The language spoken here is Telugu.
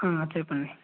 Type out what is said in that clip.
హా చెప్పండి